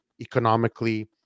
economically